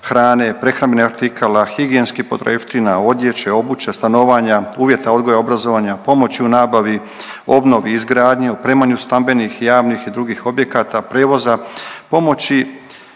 hrane, prehrambenih artikala, higijenskih potrepština, odjeće, obuće, stanovanja, uvjeta odgoja i obrazovanja, pomoći u nabavi, obnovi i izgradnji, opremanju stambenih, javnih i drugih objekata, prijevoza, pomoći